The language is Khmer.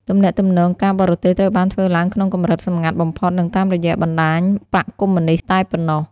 ទំនាក់ទំនងការបរទេសត្រូវបានធ្វើឡើងក្នុងកម្រិតសម្ងាត់បំផុត និងតាមរយៈបណ្ដាញបក្សកុម្មុយនីស្តតែប៉ុណ្ណោះ។